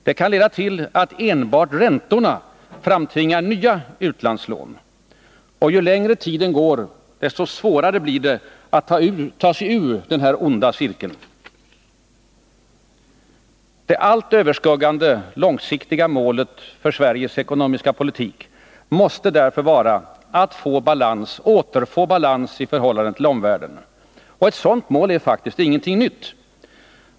Det kan leda till att enbart räntorna framtvingar nya utlandslån. Och ju längre tiden går, desto svårare blir det att ta sig ur den här onda cirkeln. Det allt överskuggande långsiktiga målet för Sveriges ekonomiska politik måste därför vara att återfå balans i förhållande till omvärlden. Och ett sådant mål är faktiskt ingenting nytt.